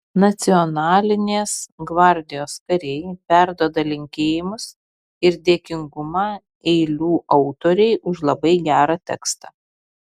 nacionalinės gvardijos kariai perduoda linkėjimus ir dėkingumą eilių autorei už labai gerą tekstą